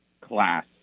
class